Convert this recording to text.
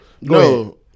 no